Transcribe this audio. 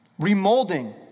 remolding